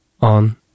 on